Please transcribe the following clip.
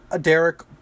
Derek